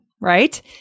right